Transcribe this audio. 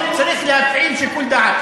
לכן צריך להפעיל שיקול דעת.